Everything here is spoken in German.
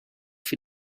für